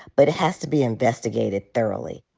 but it has to be investigated thoroughly.